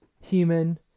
human